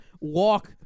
walk